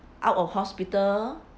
out of hospital